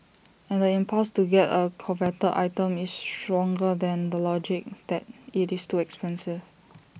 and the impulse to get A coveted item is stronger than the logic that IT is too expensive